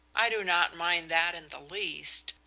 i do not mind that in the least.